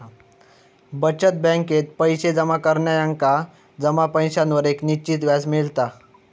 बचत बॅकेत पैशे जमा करणार्यांका जमा पैशांवर एक निश्चित व्याज मिळता